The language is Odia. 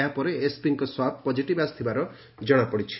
ଏହାପରେ ଏସ୍ପିଙ୍କ ସ୍ୱାବ୍ ପଜିଟିଭ୍ ଆସିଥିବା ଜଣାପଡ଼ିଛି